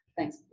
Thanks